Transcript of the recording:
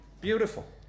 beautiful